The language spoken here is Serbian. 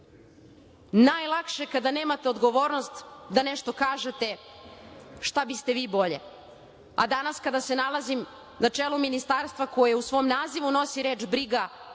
Najlakše je kada nemate odgovornost da nešto kažete šta biste vi bolje. Danas kada se nalazim na čelu Ministarstva koje u svom nazivu nosi reč